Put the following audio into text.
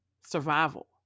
survival